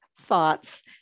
thoughts